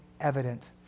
evident